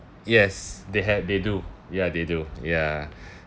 yes they had they do ya they do ya